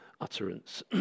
utterance